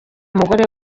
umugore